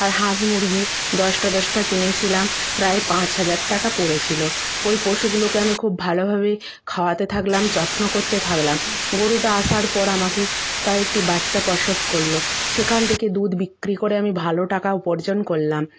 আর হাঁস মুরগি দশটা দশটা কিনেছিলাম প্রায় পাঁচ হাজার টাকা পড়েছিলো ওই পশুগুলোকে আমি খুব ভালোভাবেই খাওয়াতে থাকলাম যত্ন করতে থাকলাম গরুটা আসার পর আমাকে তার একটি বাচ্চা প্রসব করল সেখান থেকে দুধ বিক্রি করে আমি ভালো টাকা উপার্জন করলাম